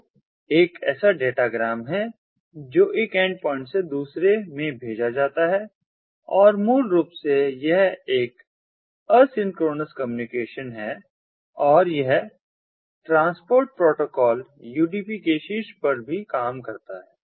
तो एक ऐसा डाटाग्राम है जो एक एंडपॉइंट से दूसरे में भेजा जाता है और मूल रूप से यह एक असिंक्रोनोस कम्युनिकेशन है और यह ट्रांसपोर्टप्रोटोकॉल यू डी पी के शीर्ष पर भी काम करता है